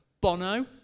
Bono